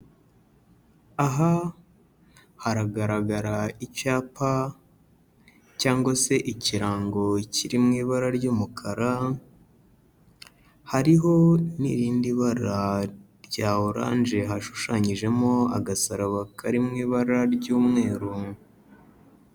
Aha hagaragara icyapa cyangwa se ikirango kiri mu ibara ry'umukara, hariho n'irindi bara rya oranje hashushanyijemo agasaraba kari mu ibara ry'umweru.